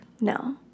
No